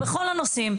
בכל הנושאים,